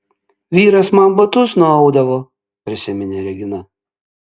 vyras man batus nuaudavo prisiminė regina